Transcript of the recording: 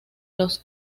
los